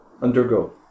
undergo